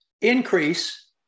increase